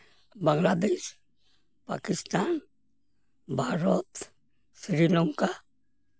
Bangladesh Pakistan Bharat Sri Lanka